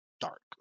dark